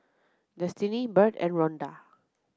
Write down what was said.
Destini Bird and Ronda